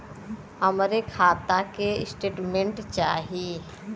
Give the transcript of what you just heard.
हमरे खाता के स्टेटमेंट चाही?